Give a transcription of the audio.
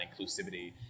inclusivity